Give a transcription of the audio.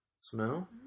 Smell